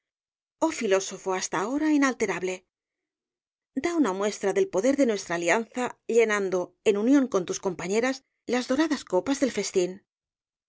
oh filósofo hasta ahora inalterable da una muestra del poder de nuestra alianza llenando en unión con tus compañeras las doradas copas del festín